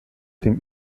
dem